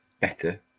better